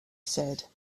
said